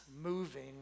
moving